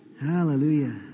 Hallelujah